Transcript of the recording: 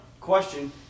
Question